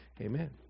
Amen